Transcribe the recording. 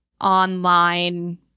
online